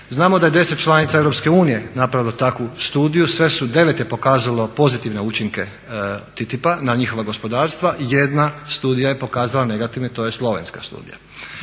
Znamo da je 10 članica Europske unije napravilo takvu studiju, 9 je pokazalo pozitivne učinke TTIP-a na njihova gospodarstva, jedna studija je pokazala negativne, to je slovenska studija.